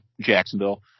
Jacksonville